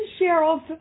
Cheryl